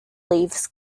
leaves